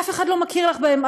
אף אחד לא מכיר לך בהן,